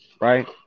Right